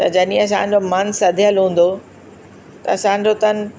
त जॾहिं असांजो मनु सधियलु हूंदो त असांजो तनु